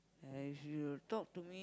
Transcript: and she will talk to me